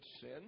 sin